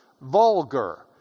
Vulgar